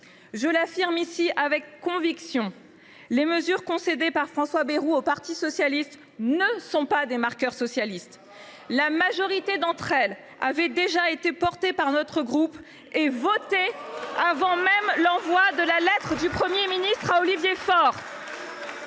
Je l’affirme avec conviction : les mesures concédées par François Bayrou au parti socialiste ne sont pas des marqueurs socialistes. La majorité d’entre elles avaient déjà été portées par notre groupe et votées avant l’envoi de la lettre du Premier ministre à Olivier Faure